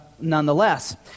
nonetheless